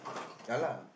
ya lah